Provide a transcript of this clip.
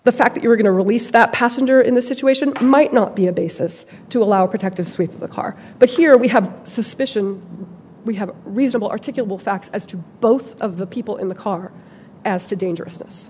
the fact that you were going to release that passenger in the situation might not be a basis to allow protective sweep of the car but here we have suspicion we have reasonable articulable facts as to both of the people in the car as to dangerous